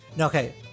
Okay